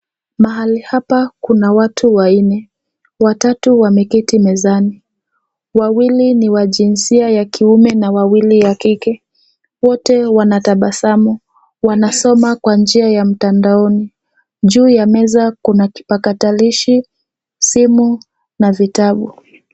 Mahali hapa kuna watu wanne, watatu wameketi mezani, wawili ni wa jinsia ya kiume na wawili ya kike wote wanatabasamu wanasoma kwa njia ya mtandaoni juu ya meza kuna kipakatalishi, simu na vitabu.